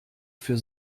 für